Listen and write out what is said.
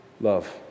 love